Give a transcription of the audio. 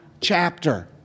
chapter